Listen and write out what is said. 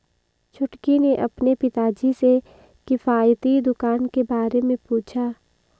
छुटकी ने अपने पिताजी से किफायती दुकान के बारे में पूछा